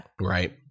Right